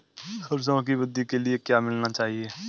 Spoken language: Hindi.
सरसों की वृद्धि के लिए क्या मिलाना चाहिए?